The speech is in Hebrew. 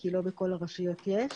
כי לא בכל הרשויות יש.